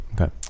Okay